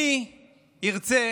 מי ירצה